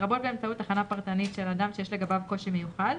לרבות באמצעות הכנה פרטנית של אדם שיש לגביו קושי מיוחד,